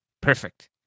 Perfect